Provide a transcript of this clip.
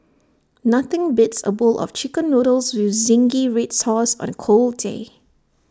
nothing beats A bowl of Chicken Noodles with Zingy Red Sauce on A cold day